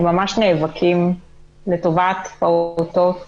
הם ממש נאבקים לטובת פעוטות אחרים,